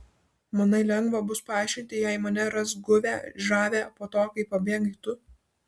manai lengva bus paaiškinti jei mane ras guvią žavią po to kai pabėgai tu